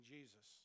Jesus